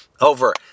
over